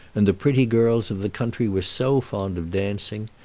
and the pretty girls of the country were so fond of dancing!